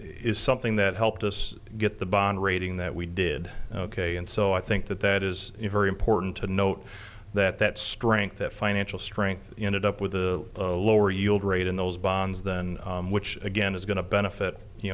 is something that helped us get the bond rating that we did ok and so i think that that is very important to note that that strength of financial strength ended up with a lower yield rate in those bonds then which again is going to benefit you